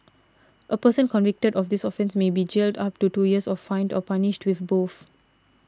a person convicted of this offence may be jailed up to two years or fined or punished with both